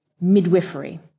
midwifery